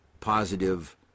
positive